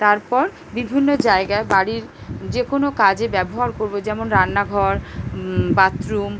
তারপর বিভিন্ন জায়গা বাড়ির যে কোনো কাজে ব্যবহার করব যেমন রান্নাঘর বাথরুম